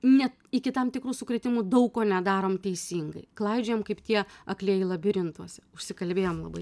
net iki tam tikrų sukrėtimų daug ko nedarom teisingai klaidžiojam kaip tie aklieji labirintuose užsikalbėjom labai